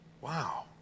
Wow